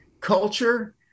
culture